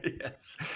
Yes